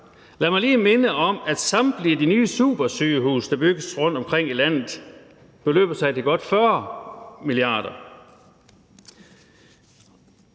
Lad mig lige minde om, at samtlige de nye supersygehuse, der bygges rundtomkring i landet, beløber sig til godt 40 mia. kr.